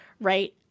right